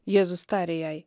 jėzus tarė jai